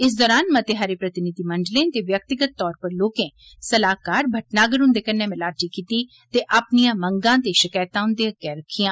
इस दरान मते सारे प्रतिनिधिमंडलें ते व्यक्तिगत तौर उप्पर लोकें सलाहकार भटनागर हुंदे कन्ने मलाटी कीती ते अपनियां मंगा ते शकैतां उंदे अग्गै रक्खियां